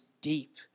deep